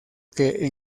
que